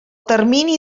termini